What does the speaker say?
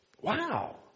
wow